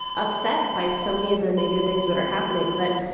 upset by so many of the negative things that are happening. but,